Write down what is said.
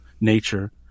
nature